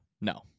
No